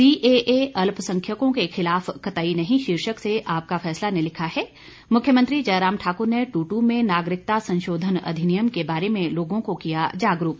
CAA अल्पसंख्यकों के खिलाफ कतई नहीं शीर्षक से आपका फैसला ने लिखा है मुख्यमंत्री जयराम ठाकुर ने दूटू में नागरिकता संशोधन अधिनियम के बारे में लोगों को किया जागरूक